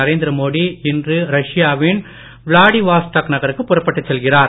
நரேந்திர மோடி இன்று ரஷ்யாவின் விளாடிவாஸ்டாக் நகருக்கு புறப்பட்டுச் செல்கிறார்